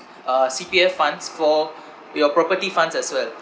uh C_P_F funds for your property funds as well